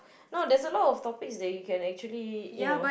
no there's a lot of topics that you can actually you know